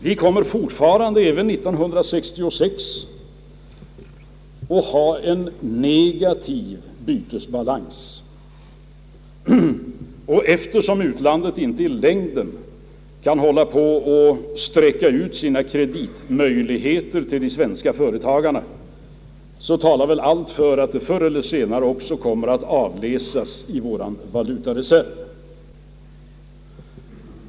Vi kommer även 1966 att ha en negativ bytesbalans, och eftersom utlandet inte i längden kan hålla på att sträcka ut sina kreditmöjligheter till de svenska företagarna, talar väl allt för att det förr eller senare kommer att avläsas i vår valutareserv.